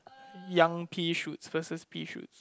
young pea shoots versus pea shoots